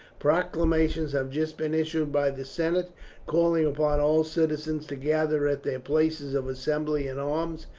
proclamations have just been issued by the senate calling upon all citizens to gather at their places of assembly in arms,